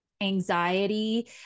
anxiety